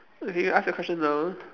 okay you ask your question now